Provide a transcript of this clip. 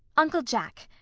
uncle jack,